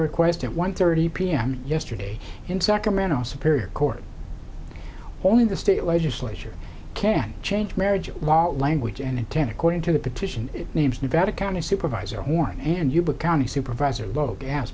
request at one thirty p m yesterday in sacramento superior court only the state legislature can change marriage law language and ten according to the petition names nevada county supervisor morning and yuba county supervisor low gas